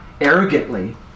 arrogantly